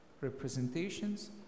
representations